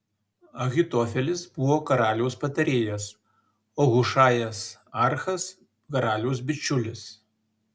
ahitofelis buvo karaliaus patarėjas o hušajas archas karaliaus bičiulis